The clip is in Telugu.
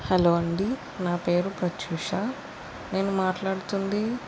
హలో అండి నా పేరు ప్రత్యూష నేను మాట్లాడుతుంది